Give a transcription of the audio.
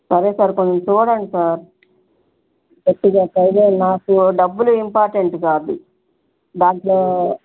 సరే సార్ కొంచెం చూడండి సార్ గట్టిగా ట్రై చేయండి నాకు డబ్బులు ఇంపార్టెంట్ కాదు దాంట్లో